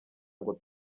ngo